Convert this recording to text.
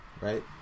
right